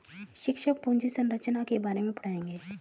शिक्षक पूंजी संरचना के बारे में पढ़ाएंगे